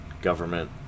government